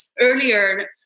Earlier